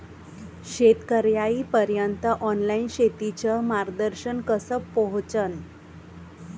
शेतकर्याइपर्यंत ऑनलाईन शेतीचं मार्गदर्शन कस पोहोचन?